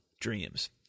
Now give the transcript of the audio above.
dreams